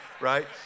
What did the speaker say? right